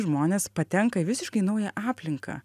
žmonės patenka į visiškai naują aplinką